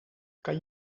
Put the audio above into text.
kan